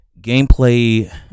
gameplay